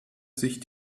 sich